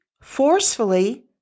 forcefully